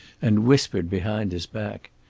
and whispered behind his back.